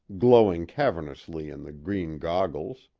glowing cavernously in the green goggles.